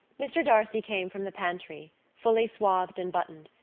mr. d'arcy came from the pantry, fully swathed and buttoned,